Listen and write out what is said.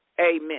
Amen